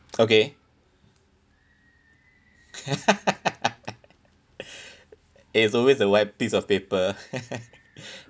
okay it's always the white piece of paper